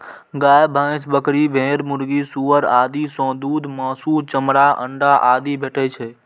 गाय, भैंस, बकरी, भेड़, मुर्गी, सुअर आदि सं दूध, मासु, चमड़ा, अंडा आदि भेटै छै